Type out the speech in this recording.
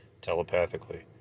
telepathically